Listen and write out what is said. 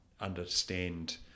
understand